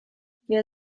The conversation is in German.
wer